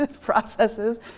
processes